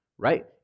Right